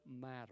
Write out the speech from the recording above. matter